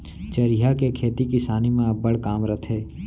चरिहा के खेती किसानी म अब्बड़ काम रथे